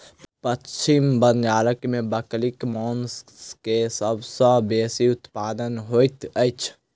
पश्चिम बंगाल में बकरीक मौस के सब सॅ बेसी उत्पादन होइत अछि